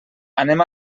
anem